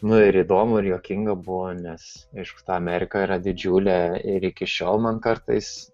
nu ir įdomu ir juokinga buvo nes ta amerika yra didžiulė ir iki šiol man kartais